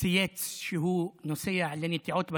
צייץ שהוא נוסע לנטיעות בנגב,